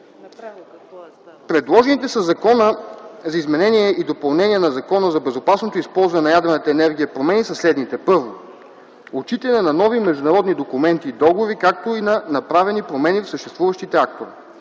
Предложените със Закона за изменение и допълнение на Закона за безопасното използване на ядрената енергия промени са следните: Първо, отчитане на нови международни документи и договори, както и на направени промени в съществуващите актове.